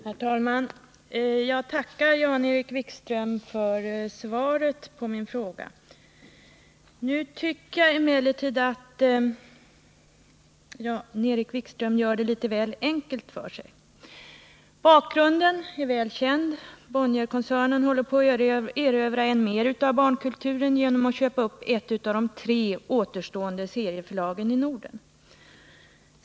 Herr talman! Jag tackar Jan-Erik Wikström för svaret på min fråga. Jag tycker emellertid att han gör det litet väl enkelt för sig. Bakgrunden är väl känd. Bonnierkoncernen håller på att erövra än mer av barnkulturen genom att köpa upp ett av de tre återstående serieförlagen i Norden.